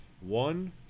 One